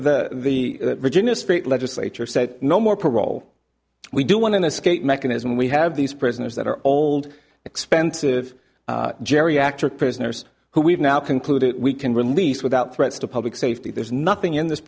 honor the virginia state legislature said no more parole we do want an escape mechanism we have these prisoners that are old expensive geriatric prisoners who we've now concluded we can release without threats to public safety there's nothing in this